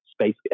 space